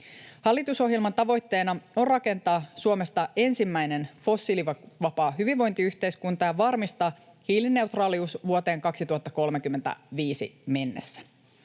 Hallitusohjelman tavoitteena on rakentaa Suomesta ensimmäinen fossiilivapaa hyvinvointiyhteiskunta ja varmistaa hiilineutraalius vuoteen 2035 mennessä.